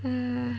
!hais!